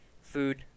Food